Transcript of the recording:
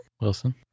Wilson